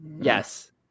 Yes